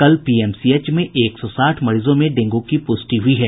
कल पीएमसीएच में एक सौ साठ मरीजों में डेंगू की पुष्टि हुई है